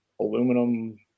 aluminum